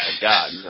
God